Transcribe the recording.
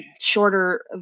shorter